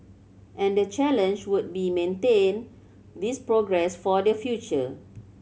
and the challenge would be maintain this progress for the future